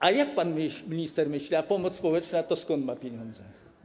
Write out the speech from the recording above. A jak pan minister myśli: A pomoc społeczna to skąd ma pieniądze?